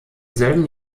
selben